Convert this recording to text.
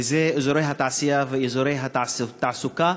וזה על אזורי התעשייה ואזורי התעסוקה,